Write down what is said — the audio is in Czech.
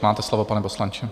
Máte slovo, pane poslanče.